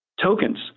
tokens